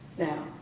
now,